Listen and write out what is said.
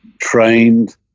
trained